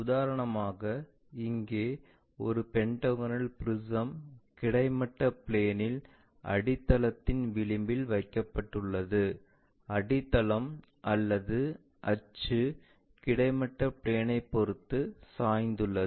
உதாரணமாக இங்கே ஒரு பெண்டகோனல் ப்ரிஸம் கிடைமட்ட பிளேன்இல் அடித்தளத்தின் விளிம்பில் வைக்கப்பட்டுள்ளது அடித்தளம் அல்லது அச்சு கிடைமட்ட பிளேன் ஐ பொருத்து சாய்ந்துள்ளது